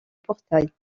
portail